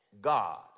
God